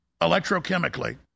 electrochemically